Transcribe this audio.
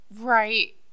Right